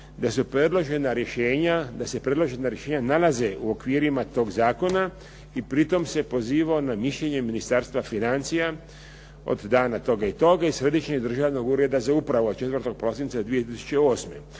da se predložena rješenja nalaze u okvirima tog zakona i pritom se pozivao na mišljenje Ministarstva financija od dana toga i toga i Središnjeg državnog ureda za upravu od 4. prosinca 2008.